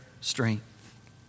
strength